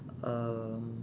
um